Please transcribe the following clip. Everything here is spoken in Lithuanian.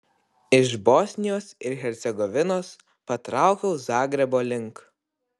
iš bosnijos ir hercegovinos patraukiau zagrebo link